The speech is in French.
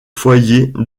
foyers